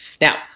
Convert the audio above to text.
Now